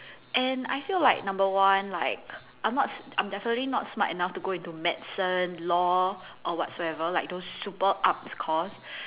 and I feel like number one like I'm not s~` I'm definitely not smart enough to go into medicine law or whatsoever like those super up's course